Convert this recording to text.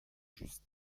juste